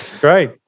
Great